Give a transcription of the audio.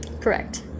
Correct